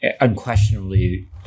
unquestionably